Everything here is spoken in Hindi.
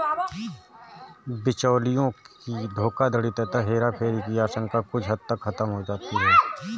बिचौलियों की धोखाधड़ी तथा हेराफेरी की आशंका कुछ हद तक खत्म हो जाती है